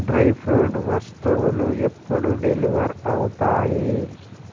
dry fruit వస్తువులు ఎప్పుడు deliver అవుతాయి